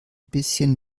bisschen